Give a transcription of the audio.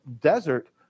desert